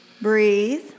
Breathe